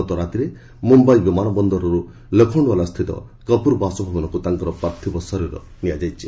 ଗତରାତିରେ ମୁମ୍ବାଇ ବିମାନ ବନ୍ଦରରୁ ଲୋଖଣ୍ଡୱାଲାସ୍ଥିତ କପୁର ବାସଭବନକୁ ତାଙ୍କ ପାର୍ଥିବ ଶରୀର ନିଆଯାଇଛି